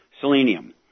selenium